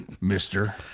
Mister